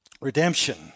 Redemption